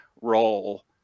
role